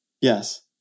Yes